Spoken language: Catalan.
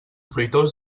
fruitós